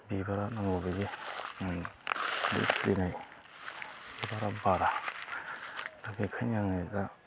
बिबारा नांगौबायदि बिबारा बारा बेखायनो आङो दा